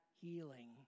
healing